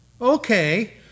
Okay